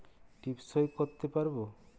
টিপ সই করতে পারবো?